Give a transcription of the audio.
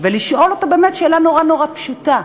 ולשאול אותו באמת שאלה נורא נורא פשוטה: